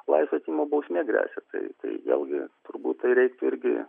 laisvės atėmimo bausmė gresia tai tai vėlgi turbūt tai reiktų irgi